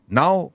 now